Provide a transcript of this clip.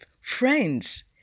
Friends